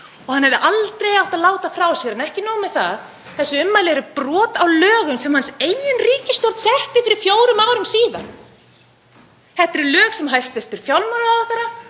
sem hann hefði aldrei átt að láta frá sér. En ekki nóg með það. Þessi ummæli eru brot á lögum sem hans eigin ríkisstjórn setti fyrir fjórum árum síðan. Þetta eru lög sem hæstv. fjármálaráðherra